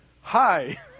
Hi